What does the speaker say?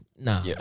Nah